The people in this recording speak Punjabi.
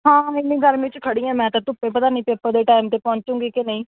ਹਾਂ ਮੈਂ ਇੰਨੀ ਗਰਮੀ 'ਚ ਖੜੀ ਹਾਂ ਮੈਂ ਤਾਂ ਧੁੱਪੇ ਪਤਾ ਨਹੀਂ ਪੇਪਰ ਦੇ ਟਾਈਮ 'ਤੇ ਪਹੁੰਚੂਗੀ ਕਿ ਨਹੀਂ